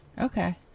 Okay